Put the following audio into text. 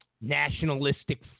nationalistic